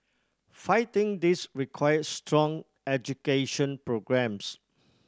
fighting this requires strong education programmes